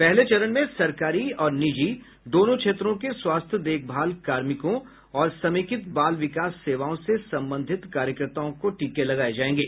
पहले चरण में सरकारी और निजी दोनों क्षेत्रों के स्वास्थ्य देखभाल कार्मिकों और समेकित बाल विकास सेवाओं से संबंधित कार्यकर्ताओं को टीके लगाए जाएंगे